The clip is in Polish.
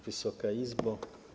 Wysoka Izbo!